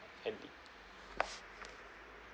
and the